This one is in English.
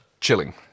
chilling